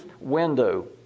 window